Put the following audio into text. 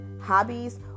hobbies